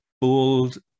bold